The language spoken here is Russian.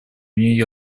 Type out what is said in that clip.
нью